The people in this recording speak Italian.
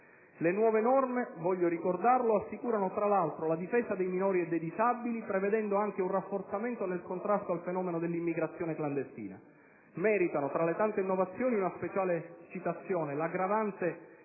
Le nuove norme - voglio ricordarlo - assicurano, tra l'altro, la difesa dei minori e dei disabili, prevedendo anche un rafforzamento del contrasto al fenomeno dell'immigrazione clandestina. Tra le tante innovazioni, meritano una speciale citazione: l'aggravante